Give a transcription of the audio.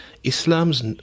Islam's